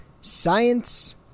science